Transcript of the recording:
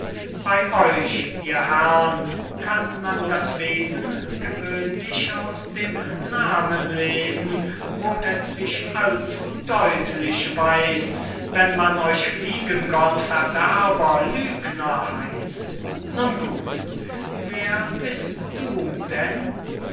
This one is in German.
bey euch ihr herrn kann man das wesen gewöhnlich aus dem namen lesen wo es sich allzudeutlich weis't wenn man euch fliegengott verderber lügner heißt nun gut wer bist du denn